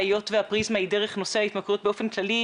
היות והפריזמה היא דרך נושא ההתמכרויות באופן כללי,